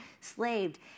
slaved